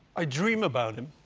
i dream about him.